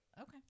okay